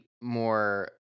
more